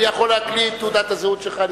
אני יכול להקליד את תעודת הזהות שלך,